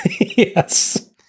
Yes